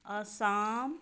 Assam